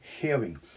hearing